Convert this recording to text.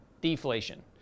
deflation